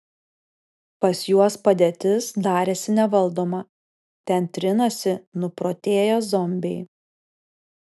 pas juos padėtis darėsi nevaldoma ten trinasi nuprotėję zombiai